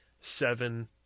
seven